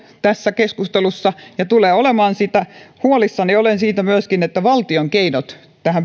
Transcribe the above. tässä keskustelussa ja tulee olemaan sitä huolissani olen myöskin valtion keinoista